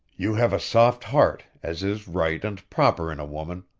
you have a soft heart, as is right and proper in a woman.